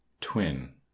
Twin